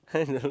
I don't know